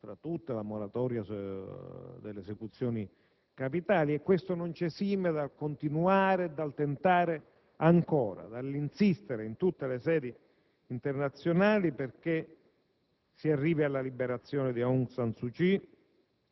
componenti del Consiglio di Sicurezza: ricordo tra tutte la moratoria delle esecuzioni capitali. Ma questo non ci esime dal continuare e dal tentare ancora, dall'insistere in tutte le sedi internazionali perché